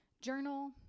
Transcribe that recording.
Journal